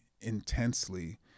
intensely